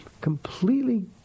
completely